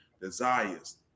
desires